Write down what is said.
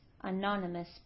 anonymous